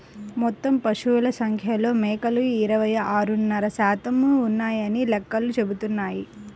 మొత్తం పశువుల సంఖ్యలో మేకలు ఇరవై ఆరున్నర శాతం ఉన్నాయని లెక్కలు చెబుతున్నాయి